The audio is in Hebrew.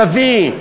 סבי,